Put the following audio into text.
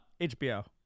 hbo